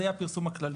יהיה בפרסום הכללי.